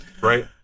Right